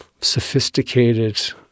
sophisticated